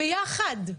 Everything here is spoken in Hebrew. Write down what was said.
ביחד.